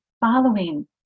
following